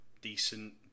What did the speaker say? decent